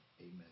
Amen